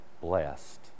blessed